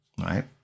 right